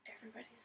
everybody's